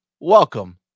Welcome